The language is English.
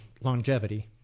longevity